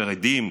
חרדים,